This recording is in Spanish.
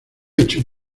hecho